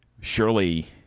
surely